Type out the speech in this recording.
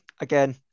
Again